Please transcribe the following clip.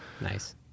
nice